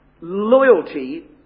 loyalty